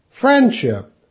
Friendship